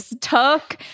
took